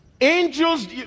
angels